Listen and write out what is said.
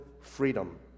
freedom